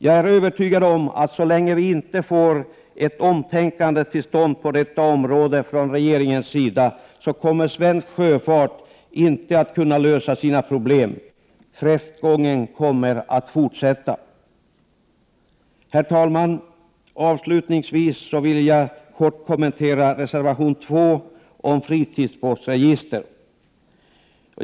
Jag är övertygad om att svensk sjöfart inte kommer att kunna lösa sina problem om regeringen inte tänker om på detta område. Kräftgången kommer att fortsätta. Herr talman! Jag vill avslutningsvis kort kommentera reservation 2 som handlar om fritidsbåtsregister.